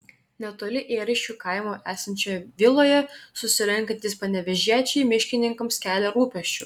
netoli ėriškių kaimo esančioje viloje susirenkantys panevėžiečiai miškininkams kelia rūpesčių